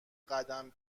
قدم